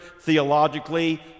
theologically